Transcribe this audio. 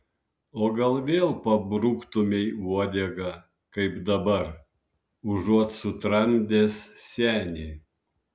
o gal vėl pabruktumei uodegą kaip dabar užuot sutramdęs senį